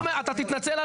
אתה תתנצל על